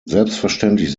selbstverständlich